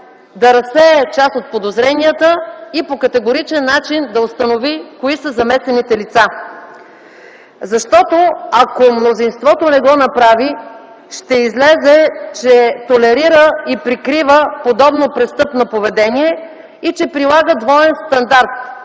да разсее част от подозренията и по категоричен начин да установи кои са замесените лица. Защото ако мнозинството не го направи, ще излезе, че толерира и прикрива подобно престъпно поведение и че прилага двоен стандарт,